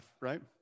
right